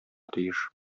тиеш